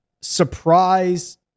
surprise